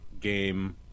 game